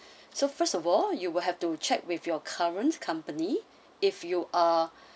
so first of all you will have to check with your current company if you are